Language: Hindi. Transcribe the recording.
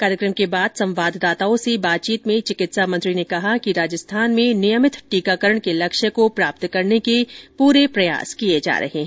कार्यक्रम के बाद संवाददाताओं से बातचीत में चिकित्सा मंत्री ने कहा कि राजस्थान में नियमित टीकाकरण के लक्ष्य को प्राप्त करने के पूरे प्रयास किए जा रहे हैं